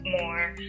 more